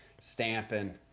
stamping